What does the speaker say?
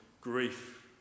grief